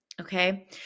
okay